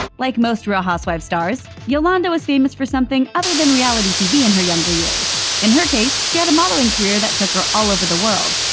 like most real housewives stars, yolanda was famous for something other than reality tv in her younger years. in her case, she had a modeling career that took her all over the world.